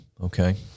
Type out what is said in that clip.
okay